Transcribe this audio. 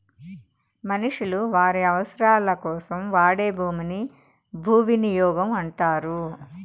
మనుషులు వారి అవసరాలకోసం వాడే భూమిని భూవినియోగం అంటారు